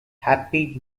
happy